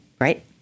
right